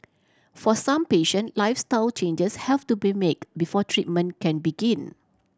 for some patient lifestyle changes have to be make before treatment can begin